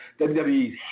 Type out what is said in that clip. WWE